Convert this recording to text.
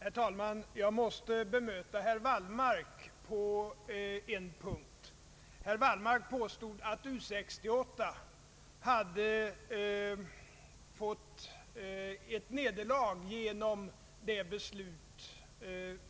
Herr talman! Jag måste bemöta herr Wallmark på en punkt. Han påstod att U 68 skulle komma att lida ett nederlag genom det beslut